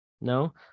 No